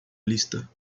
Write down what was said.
lista